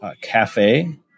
Cafe